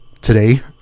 today